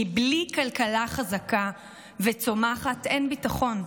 כי בלי כלכלה חזקה וצומחת אין ביטחון.